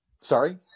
Sorry